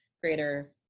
greater